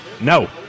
No